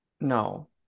no